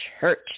Church